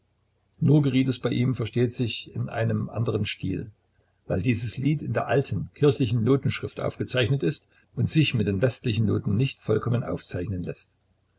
nur geriet es bei ihm versteht sich in einem anderen stil weil dieses lied in der alten kirchlichen notenschrift aufgezeichnet ist und sich mit den westlichen noten nicht vollkommen aufzeichnen läßt